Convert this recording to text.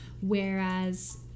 whereas